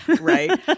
right